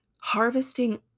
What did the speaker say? harvesting